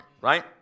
right